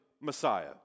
Messiah